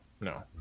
No